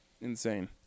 Insane